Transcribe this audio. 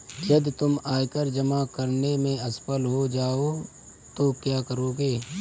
यदि तुम आयकर जमा करने में असफल हो जाओ तो क्या करोगे?